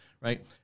right